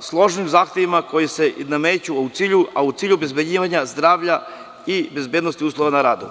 složnim zahtevima koji se nameću u cilju obezbeđivanja zdravlja i bezbednosti uslova na radu.